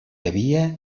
havia